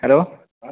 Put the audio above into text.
hello